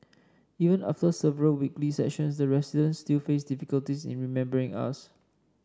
even after several weekly sessions the residents still faced difficulties in remembering us